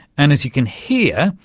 and as you can hear,